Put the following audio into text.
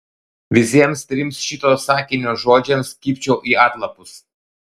visiems trims šito sakinio žodžiams kibčiau į atlapus